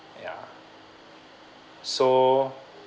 ya so